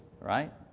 right